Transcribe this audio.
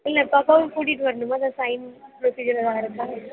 இல்லை பாப்பாவை கூட்டிகிட்டு வரணுமா ஏதாவது சைன் ப்ரொசீஜர் ஏதாவது இருக்கா